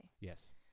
Yes